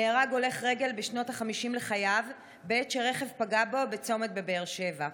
נהרג הולך רגל בשנות החמישים לחייו בעת שרכב פגע בו בצומת בבאר שבע.